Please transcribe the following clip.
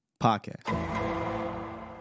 podcast